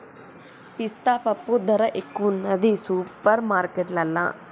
పిస్తా పప్పు ధర ఎక్కువున్నది సూపర్ మార్కెట్లల్లా